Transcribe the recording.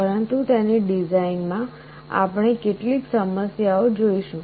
પરંતુ તેની ડિઝાઇનમાં આપણે કેટલીક સમસ્યાઓ જોઈશું